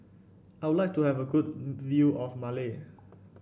I would like to have a good view of Male